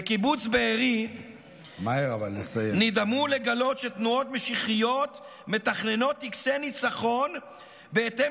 בקיבוץ בארי נדהמו לגלות שתנועות משיחיות מתכננות טקסי ניצחון בהתאם